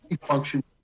function